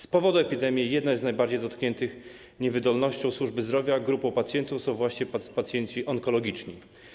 Z powodu epidemii jedną z najbardziej dotkniętych niewydolnością służby zdrowia grupą pacjentów są właśnie pacjenci onkologiczni.